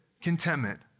contentment